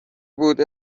بود